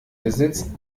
besitz